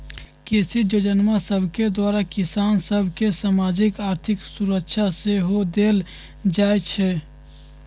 कृषि जोजना सभके द्वारा किसान सभ के सामाजिक, आर्थिक सुरक्षा सेहो देल जाइ छइ